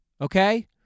Okay